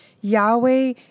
Yahweh